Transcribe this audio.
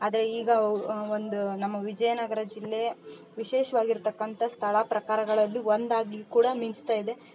ಆದರೆ ಈಗ ಔ ಒಂದು ನಮ್ಮ ವಿಜಯನಗರ ಜಿಲ್ಲೆ ವಿಶೇಷ್ವಾಗಿರ್ತಕ್ಕಂಥ ಸ್ಥಳ ಪ್ರಕಾರಗಳಲ್ಲಿ ಒಂದಾಗಿ ಕೂಡ ಮಿಂಚ್ತಾಯಿದೆ